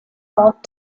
aunt